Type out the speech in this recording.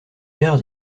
pairs